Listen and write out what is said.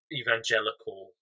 evangelical